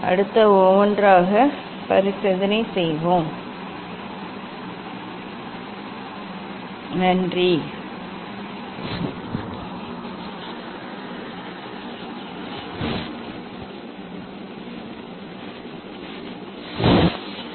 அடுத்து ஒவ்வொன்றாக பரிசோதனை செய்வோம் முதல் சோதனைகளை வகுப்பில் தான் காண்பிப்பேன் என்று நினைக்கிறேன்